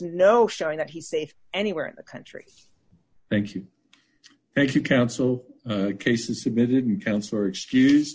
no showing that he's safe anywhere in the country thank you thank you counsel cases submitted counselor excused